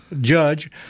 judge